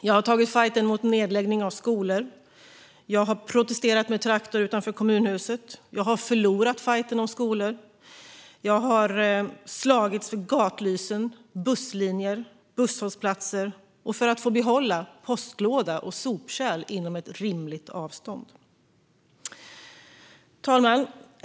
Jag har tagit fajten mot nedläggning av skolor, jag har protesterat med traktor utanför kommunhuset, jag har förlorat fajten om skolor och jag har slagits för gatlysen, busslinjer, busshållplatser och för att få behålla postlåda och sopkärl inom rimligt avstånd. Fru talman!